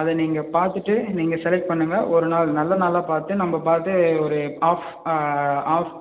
அதை நீங்கள் பார்த்துட்டு நீங்கள் செலக்ட் பண்ணுங்கள் ஒரு நாள் நல்ல நாளாக பார்த்து நம்ம பார்த்து ஒரு ஆஃப் ஆஃப்